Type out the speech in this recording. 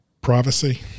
privacy